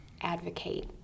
advocate